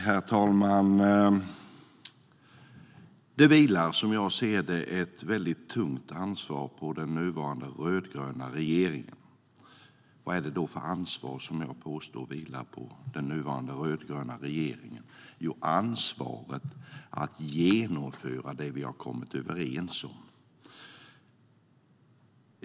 Herr talman! Som jag ser det vilar det ett tungt ansvar på den nuvarande, rödgröna regeringen. Vad är det för ansvar? Jo, det är ansvaret för att genomföra det vi har kommit överens om.